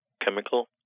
chemical